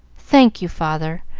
thank you, father,